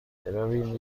برویم